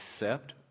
accept